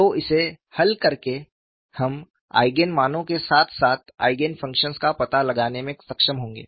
तो इसे हल करके हम आईगेन मानों के साथ साथ आईगेन फ़ंक्शंस का पता लगाने में सक्षम होंगे